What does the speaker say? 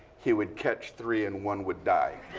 he would catch three, and one would die.